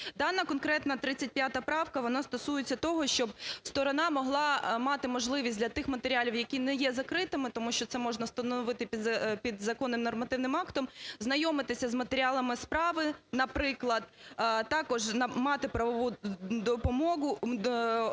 Дана конкретна 35 правка вона стосується того, щоб сторона могла мати можливість для тих матеріалів, які не є закритими, тому що це можна становити підзаконним нормативним актом, знайомитися з матеріалами справи, наприклад, також мати отримувати правову допомогу